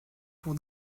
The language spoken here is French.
pour